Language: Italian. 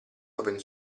open